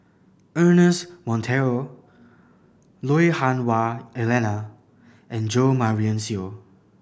Ernest Monteiro Lui Hah Wah Elena and Jo Marion Seow